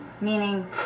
meaning